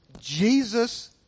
Jesus